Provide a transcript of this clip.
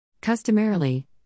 Customarily